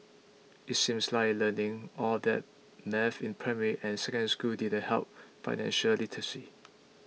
it seems like learning all that maths in primary and Secondary School didn't help financial literacy